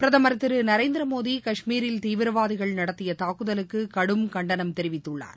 பிரதமர் திரு நரேந்திரமோடி கஷ்மீரில் தீவிரவாதிகள் நடத்திய தாக்குதலுக்கு கடும் கண்டனம் தெரிவித்துள்ளார்